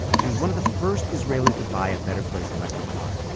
she was one of the first israelis to buy a better place electric car.